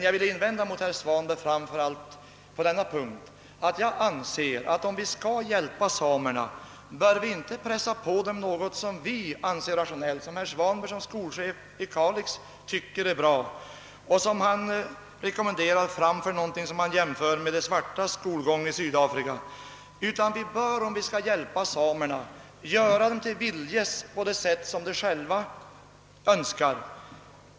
Jag vill invända mot herr Svanbergs resonemang framför allt på en punkt. Jag anser att om vi skall hjälpa samerna bör vi inte pressa på dem något som vi själva anser är rationellt eller som herr Svanberg som skolchef i Kalix tycker är bra och rekommenderar framför någonting som han jämför med de svartas skolgång i Sydafrika. I stället bör vi göra dem till viljes genom att välja den lösning de själva önskar.